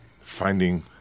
finding